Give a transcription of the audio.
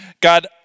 God